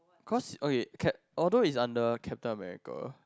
cause okay ca~ although is under Captain-America